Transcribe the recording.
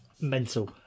mental